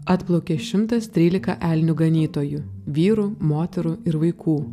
atplaukė šimtas trylika elnių ganytojų vyrų moterų ir vaikų